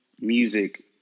music